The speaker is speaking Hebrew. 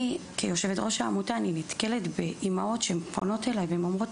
אני כיושבת-ראש העמותה נתקלת באימהות שפונות אלי ואומרות